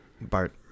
Bart